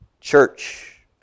Church